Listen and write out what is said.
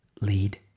lead